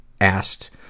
asked